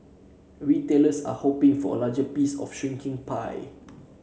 retailers are hoping for a larger piece of a shrinking pie